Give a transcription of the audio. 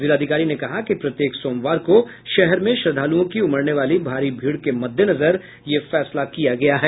जिलाधिकारी ने कहा कि प्रत्येक सोमवार को शहर में श्रद्वालुओं की उमड़ने वाली भारी भीड़ के मद्देनजर फैसला किया गया है